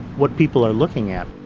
what people are looking at